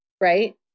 right